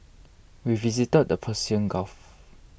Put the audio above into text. we visited the Persian Gulf